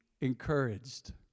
encouraged